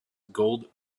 gold